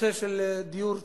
בנושא של דיור ציבורי,